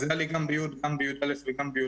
אז היה לי גם בי', גם בי"א, גם בי"ב.